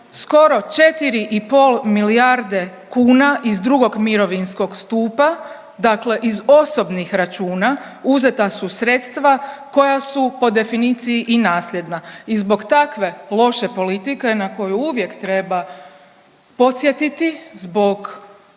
i pol milijarde kuna iz drugog mirovinskog stupa, dakle iz osobnih računa uzeta su sredstva koja su po definiciji i nasljedna. I zbog takve loše politike na koju uvijek treba podsjetiti zbog